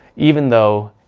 even though